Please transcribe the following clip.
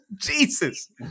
Jesus